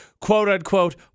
quote-unquote